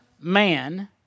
man